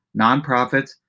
nonprofits